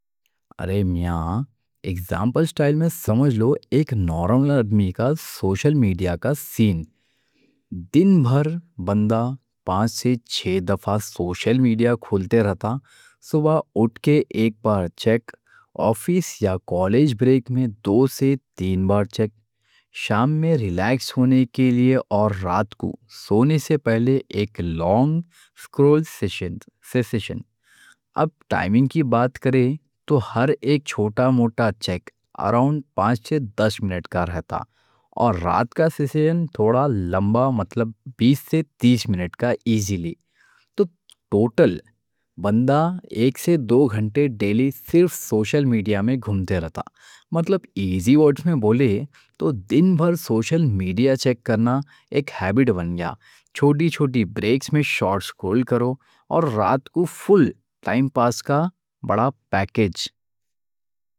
ارے میاں اگزامپل اسٹائل میں سمجھ لو ایک نورمل آدمی کا سوشل میڈیا کا سین دن بھر بندہ پانچ سے چھے دفعہ سوشل میڈیا کھولتا رہتا صبح اٹھ کے ایک بار چیک، آفس یا کالج بریک میں دو سے تین بار چیک، شام میں ریلیکس ہونے کے لیے اور رات کو سونے سے پہلے ایک لانگ سکرول سیشن اب ٹائمنگ کی بات کریں تو ہر ایک چھوٹا موٹا چیک اراؤنڈ پانچ سے دس منٹ کا رہتا اور رات کا سیشن تھوڑا لمبا، مطلب بیس سے تیس منٹ کا، ایزی لی تو ٹوٹل بندہ ایک سے دو گھنٹے ڈیلی صرف سوشل میڈیا میں گھومتا رہتا مطلب ایزی ورڈ میں بولے تو دن بھر سوشل میڈیا چیک کرنا ایک ہیبٹ بن گیا چھوٹی چھوٹی بریک میں شارٹس کھول کرو اور رات کو فل ٹائم پاس کا بڑا پیکیج